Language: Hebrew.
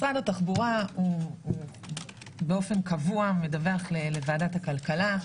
משרד התחבורה באופן קבוע מדווח לוועדת הכלכלה,